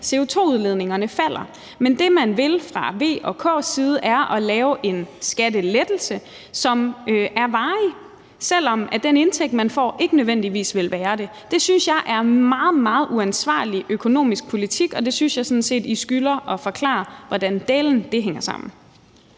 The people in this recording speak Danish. CO2-udledningerne falder. Men det, I vil fra V og K's side, er at lave en skattelettelse, som er varig, selv om den indtægt, man får, ikke nødvendigvis vil være det. Det synes jeg er en meget, meget uansvarlig økonomisk politik, og jeg synes sådan set, I skylder at forklare, hvordan dælen det hænger sammen.